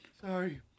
Sorry